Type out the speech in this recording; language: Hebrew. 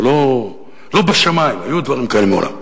זה לא בשמים, היו דברים כאלה מעולם.